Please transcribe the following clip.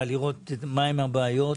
לראות מהן הבעיות,